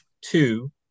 two